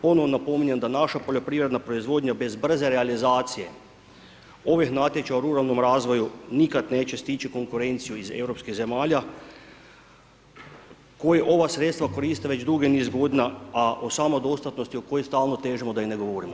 Ponovno napominjem da naša poljoprivredna proizvodnja bez brze realizacije ovih natječaja u ruralnom razvoju nikad neće stići konkurenciju iz europskih zemalja koji ova sredstva koriste već dugi niz godina, a o samoj dostatnosti o kojoj stalno težimo da i ne govorimo.